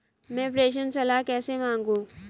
मैं प्रेषण सलाह कैसे मांगूं?